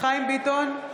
חיים ביטון,